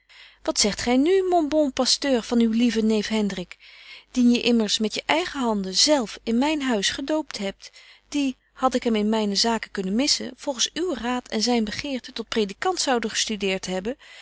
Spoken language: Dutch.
wat zegt gy nu mon bon pasteur van uw lieven neef hendrik dien je immers met je eigen handen zelf in myn huis gedoopt hebt die had ik hem in myne zaken kunnen missen volgens uw raad en zyn begeerte tot predikant zoude gestudeert hebben